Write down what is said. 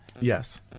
Yes